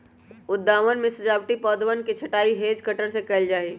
उद्यानवन में सजावटी पौधवन के छँटाई हैज कटर से कइल जाहई